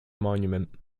monument